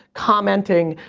commenting,